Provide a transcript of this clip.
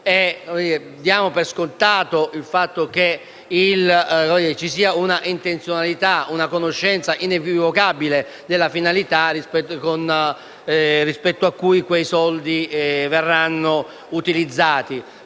diamo per scontato il fatto che ci sia una intenzionalità e una conoscenza inequivocabile della finalità per cui quei soldi verranno utilizzati.